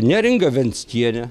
neringa venckienė